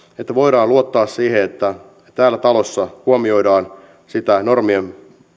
että voidaan luottaa siihen että tässä talossa huomioidaan sitä